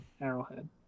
Arrowhead